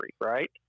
right